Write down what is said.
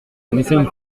une